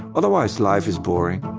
otherwise, life is boring